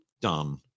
done